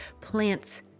plants